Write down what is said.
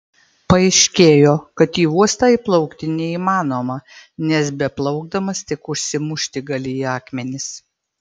paaiškėjo kad į uostą įplaukti neįmanoma nes beplaukdamas tik užsimušti gali į akmenis